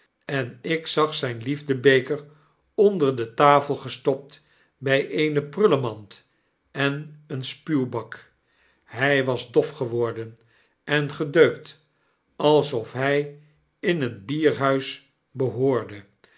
en ik zag zyn liefdebeker onder de tafel gestopt by eene prullenmand en een spuwbak hy was dof geworden en gedeukt alsof hy in een bierhuis behoorde